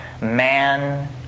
man